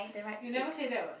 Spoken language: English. you never say that what